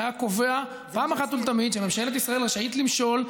שהיה קובע אחת ולתמיד שממשלת ישראל רשאית למשול,